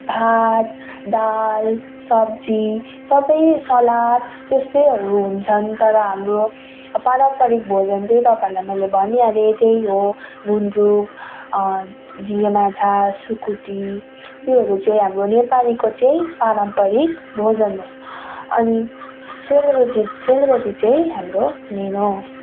भात दाल सब्जी सबै सलाद त्यस्तैहरू हुन्छन् तर हाम्रो पारम्पारिक भोजन त्यही तपाईँलाई मैले भनिहालेँ त्यही हो गुन्द्रुक झिँगे माछा सुकुटी त्योहरू चाहिँ हाम्रो नेपालीको चाहिँ पारम्पारिक भोजन हो अनि सेलरोटी सेलरोटी चाहिँ हाम्रो मेन हो